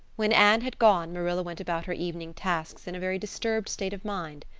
when anne had gone marilla went about her evening tasks in a very disturbed state of mind.